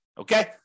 Okay